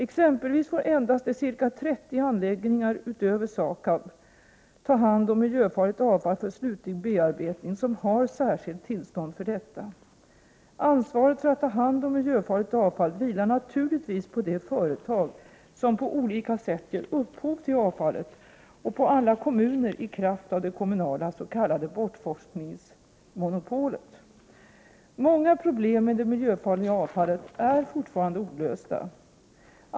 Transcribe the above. Exempelvis får endast de ca 30 anläggningar, utöver SAKAB, ta hand om miljöfarligt avfall för slutlig bearbetning som har särskilt tillstånd för detta. Ansvaret för att ta hand om miljöfarligt avfall vilar naturligtvis på de företag som på olika sätt ger upphov till avfallet och på alla kommuner i kraft av det kommunala s.k. bortforslingsmonopolet. Många problem med det miljöfarliga avfallet är fortfarande olösta.